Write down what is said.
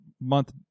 Month